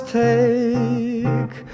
take